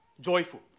joyful